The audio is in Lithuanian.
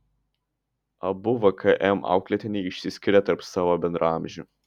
abu vkm auklėtiniai išsiskiria tarp savo bendraamžių